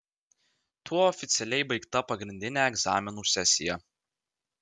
tuo oficialiai baigta pagrindinė egzaminų sesija